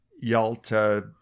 Yalta